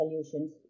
Solutions